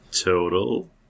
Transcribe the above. Total